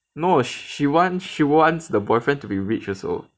no she wants she wants the boyfriend to be rich also